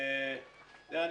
אנחנו